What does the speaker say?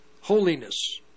holiness